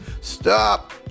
stop